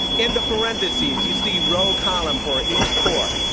in the parentheses, you see row column for each core.